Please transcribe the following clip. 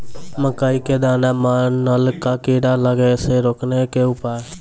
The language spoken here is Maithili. मकई के दाना मां नल का कीड़ा लागे से रोकने के उपाय?